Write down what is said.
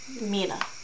Mina